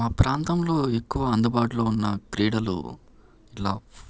మా ప్రాంతంలో ఎక్కువ అందుబాటులో ఉన్న క్రీడలు ఇట్ల